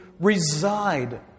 reside